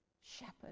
shepherd